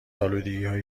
الودگیهای